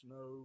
no